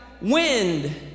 wind